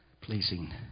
Pleasing